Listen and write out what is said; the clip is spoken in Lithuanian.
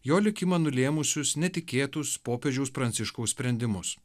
jo likimą nulėmusius netikėtus popiežiaus pranciškaus sprendimus